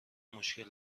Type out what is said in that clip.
مشکل